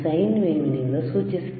sign wave ಮೂಲಕ AC ಅನ್ನು ಸೂಚಿಸುತ್ತೇವೆ